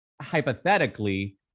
hypothetically